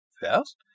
First